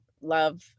love